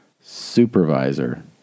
supervisor